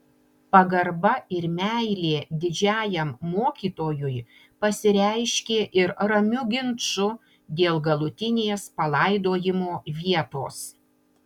pagarba ir meilė didžiajam mokytojui pasireiškė ir ramiu ginču dėl galutinės palaidojimo vietos